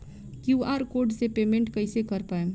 QR code से payment कईसे कर पाएम?